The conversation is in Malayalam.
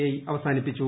ഐ അവസാനിപ്പിച്ചു